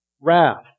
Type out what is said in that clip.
wrath